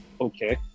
Okay